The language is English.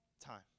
time